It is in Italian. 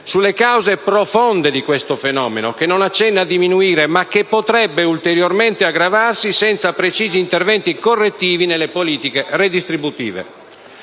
sulle cause profonde di questo fenomeno, che non accenna a diminuire, ma che potrebbe ulteriormente aggravarsi senza precisi interventi correttivi nelle politiche redistributive.